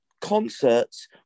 concerts